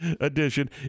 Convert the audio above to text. edition